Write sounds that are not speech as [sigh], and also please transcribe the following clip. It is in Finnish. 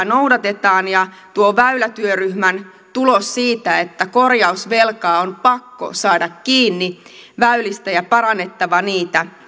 [unintelligible] noudatetaan ja tuon väylätyöryhmän tulosta siitä että korjausvelkaa on pakko saada kiinni väylissä ja on parannettava niitä